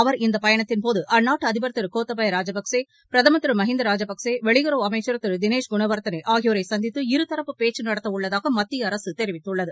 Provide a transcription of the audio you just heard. அவர் இந்த பயணத்தின்போது அந்நாட்டு அதிபர் திரு னேத்தபய ராஜபக்சே பிரதமர் திரு மஹிந்த ராஜபக்சே வெளியுறவு அமைச்சர் திரு திளேஷ் குணவர்தனா ஆகியோரை சந்தித்து இருதரப்பு பேச்சு நடத்த உள்ளதாக மத்திய அரசு தெரிவித்துள்ளது